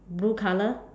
blue color